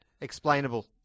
explainable